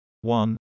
one